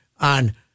on